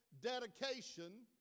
dedication